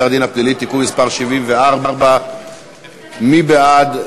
הדין הפלילי (תיקון מס' 74). מי בעד?